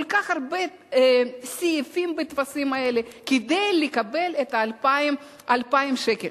יש כל כך הרבה סעיפים בטפסים האלה כדי לקבל 2,000 שקל.